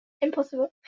Impossible